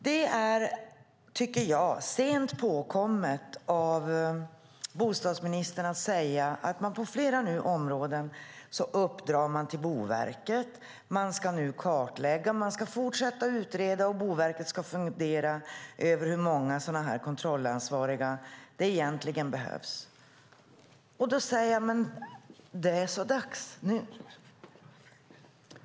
Det är lite sent påtänkt när bostadsministern nu säger att man på flera områden ger uppdrag till Boverket att kartlägga, utreda och fundera över hur många kontrollansvariga det behövs. Det är så dags!